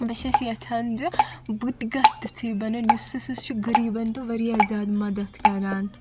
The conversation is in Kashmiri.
بہٕ چھس یژھان زِ بہٕ تہِ گژھٕ تِژھٕے بنٕنۍ یُس سُہ سُہ چھُ غریٖبن تہِ وارِیاہ زیادٕ مدتھ کران